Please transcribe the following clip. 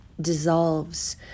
dissolves